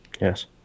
yes